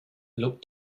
look